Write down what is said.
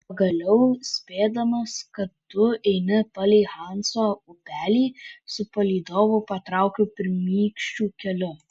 pagaliau spėdamas kad tu eini palei hanso upelį su palydovu patraukiau pirmykščiu keliu